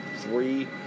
three